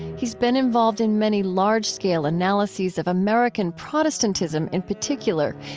he's been involved in many large-scale analyses of american protestantism in particular,